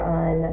on